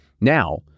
Now